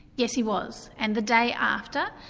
yes, he was. and the day after,